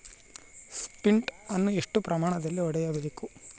Sprint ಅನ್ನು ಎಷ್ಟು ಪ್ರಮಾಣದಲ್ಲಿ ಹೊಡೆಯಬೇಕು?